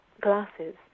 glasses